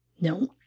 No